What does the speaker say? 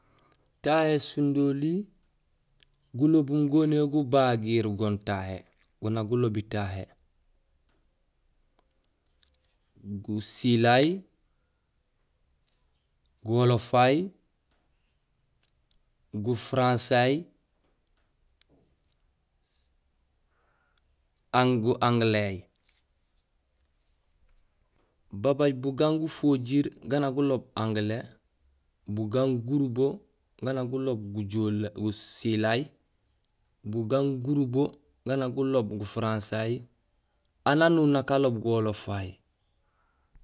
Tahé sundoli gulobuum goniyee gubagiir gon tahé. Gon na gulobi tahé: gusilay, goholofay, gufaransay an- gu angiléhay. Babaaj bugaan gufojiir gaan nak guloob anglais, bugaan gurubo gaan na gulook gojoole; gusilay, bugaan gurubo gaan na gulook gufaransy, aan hanuur nak aloob guholofay.